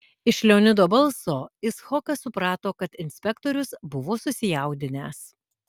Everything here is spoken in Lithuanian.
iš leonido balso icchokas suprato kad inspektorius buvo susijaudinęs